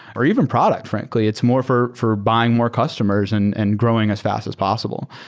or even product, frankly. it's more for for buying more customers and and growing as fast as possible.